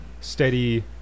steady